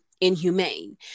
inhumane